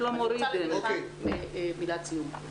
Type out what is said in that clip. מילת סיום.